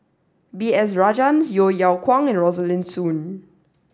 B S Rajhans Yeo Yeow Kwang and Rosaline Soon